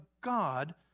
God